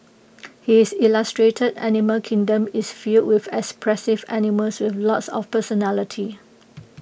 his illustrated animal kingdom is filled with expressive animals with lots of personality